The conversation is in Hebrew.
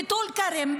בטול כרם,